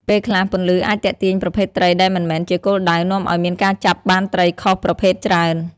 ពេលខ្លះពន្លឺអាចទាក់ទាញប្រភេទត្រីដែលមិនមែនជាគោលដៅ នាំឱ្យមានការចាប់បានត្រីខុសប្រភេទច្រើន។